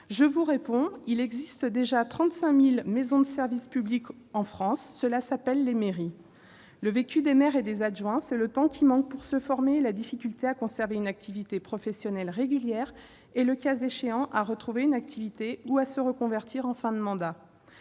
je réponds qu'il existe déjà près de 35 000 maisons des services au public en France : cela s'appelle les mairies ! Le vécu des maires et des adjoints, c'est le temps qui manque pour se former et la difficulté à conserver une activité professionnelle régulière et, le cas échéant, à retrouver une activité ou à se reconvertir en fin de mandat.